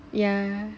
yeah